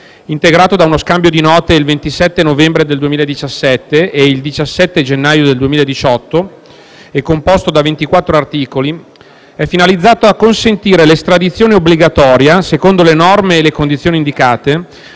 integrato da uno scambio di note il 27 novembre 2017 e il 17 gennaio 2018, e composto da 24 articoli, è finalizzato a consentire l'estradizione obbligatoria, secondo le norme e le condizioni indicate,